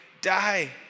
die